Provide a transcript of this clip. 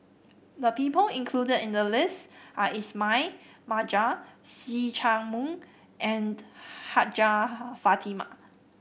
the people included in the list are Ismail Marjan See Chak Mun and Hajjah Fatimah